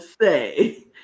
say